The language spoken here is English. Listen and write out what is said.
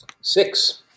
Six